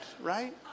Right